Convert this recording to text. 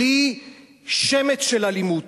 בלי שמץ של אלימות.